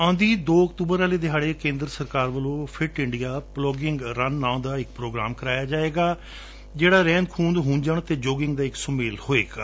ਆਉਂਦੀ ਦੋ ਅਕਤੁਬਰ ਵਾਲੇ ਦਿਹਾੜੇ ਕੇਂਦਰ ਸਰਕਾਰ ਵੱਲੋਂ ਫਿੱਟ ਇਂਡੀਆ ਪਲੋਗਿੰਗ ਰਨ ਨਾਂ ਦਾ ਇੱਕ ਧੋਗਰਾਮ ਕਰਵਾਇਆ ਜਾਵੇਗਾ ਜਿਹੜਾ ਕੁੜਾ ਕਰਕਟ ਹੂੰਜਣ ਅਤੇ ਜੋਗਿੰਗ ਦਾ ਇੱਕ ਸੁਮੇਲ ਹੋਵੇਗਾ